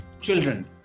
children